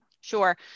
Sure